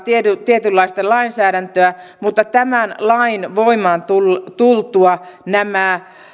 tietynlaista lainsäädäntöä mutta tämän lain voimaan tultua nämä